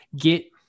get